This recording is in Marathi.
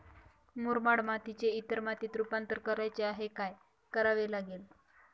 मुरमाड मातीचे इतर मातीत रुपांतर करायचे आहे, काय करावे लागेल?